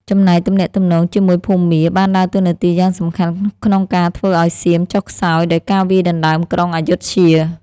ចំណែកទំនាក់ទំនងជាមួយភូមា បានដើរតួនាទីយ៉ាងសំខាន់ក្នុងការធ្វើឱ្យសៀមចុះខ្សោយ ដោយការវាយដណ្ដើមក្រុងអយុធ្យា។